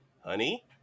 honey